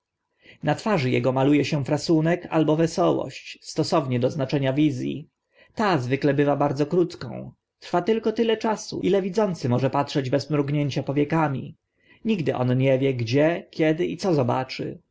na twarzy ego malu e się asunek albo wesołość stosownie do znaczenia wiz i ta zwykle bywa bardzo krótką trwa tylko tyle czasu ile widzący może patrzeć bez mrugnięcia powiekami nigdy on nie wie gdzie kiedy i co zobaczy